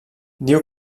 diu